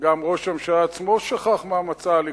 שגם ראש הממשלה עצמו שכח מה מצע הליכוד.